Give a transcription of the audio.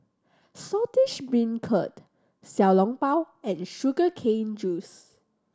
Saltish Beancurd Xiao Long Bao and sugar cane juice